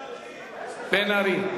בן-ארי.